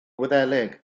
wyddeleg